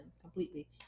completely